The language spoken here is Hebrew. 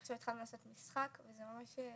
עכשיו התחלנו לעשות משחק וזה ממש.